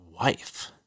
wife